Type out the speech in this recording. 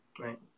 Right